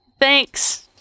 Thanks